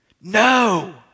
No